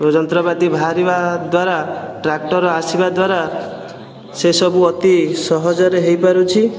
ଯନ୍ତ୍ରପାତି ବାହାରିବା ଦ୍ୱାରା ଟ୍ରାକ୍ଟର ଆସିବା ଦ୍ୱାରା ସେସବୁ ଅତି ସହଜରେ ହୋଇପାରୁଛି